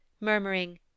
murmuring